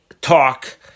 talk